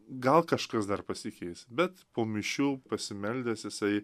gal kažkas dar pasikeis bet po mišių pasimeldęs jisai